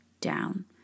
down